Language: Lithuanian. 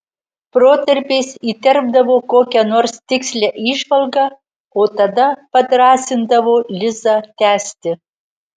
protarpiais įterpdavo kokią nors tikslią įžvalgą o tada padrąsindavo lizą tęsti